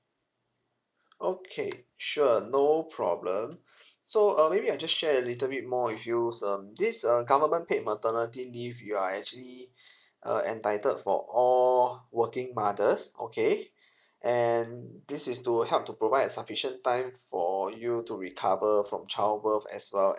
okay sure no problem so uh maybe I just share a little bit more with you um this a government paid maternity leave you are actually uh entitled for all working mothers okay and this is to help to provide a sufficient time for you to recover from child birth as well